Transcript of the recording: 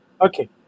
okay